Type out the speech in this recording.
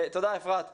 את אינה זלצמן.